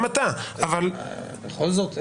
בכל זאת,